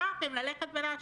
בחרתם ללכת ולהשתיק.